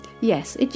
Yes